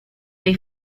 dei